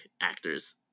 actors